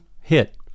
hit